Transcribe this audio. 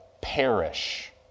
perish